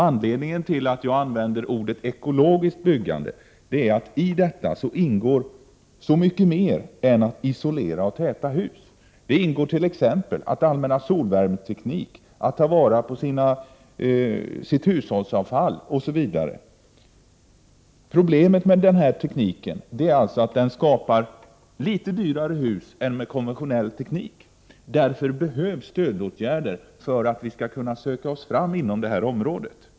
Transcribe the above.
Anledningen till att jag använder uttrycket ”ekologiskt byggande” är att det i detta uttryck ligger så mycket mer än att isolera och täta hus. Det ingårt.ex. Prot. 1988/89:46 att använda solvärmeteknik och att ta vara på hushållsavfallet. Problemet 15 december 1988 med den här tekniken är att husen blir litet dyrare än de hus man bygger om = ZZ-—d doom med konventionell teknik. Därför behövs stödåtgärder för att vi skall kunna söka oss fram inom detta område.